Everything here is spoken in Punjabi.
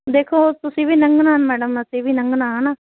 ਦੇਖੋ ਤੁਸੀਂ ਵੀ ਲੰਘਣਾ ਮੈਡਮ ਅਸੀਂ ਵੀ ਲੰਘਣਾ ਹੈ ਨਾ